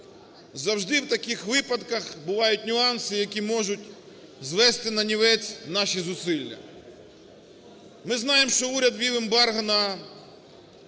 завжди в таких випадках бувають нюанси, які можуть звести нанівець наші зусилля. Ми знаємо, що уряд ввів ембарго на